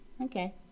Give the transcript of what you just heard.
Okay